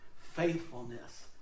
Faithfulness